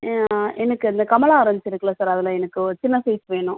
எனக்கு அந்த கமலா ஆரஞ்ச் இருக்குதுல்ல சார் அதில் எனக்கு சின்ன சைஸ் வேணும்